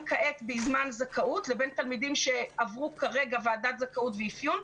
כעת בזמן זכאות לבין תלמידים שעברו כרגע ועדת זכאות ואפיון.